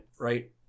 right